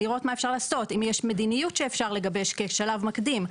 לראות מה אפשר לעשות עם מדיניות שאפשר לגבש כשלב מקדים.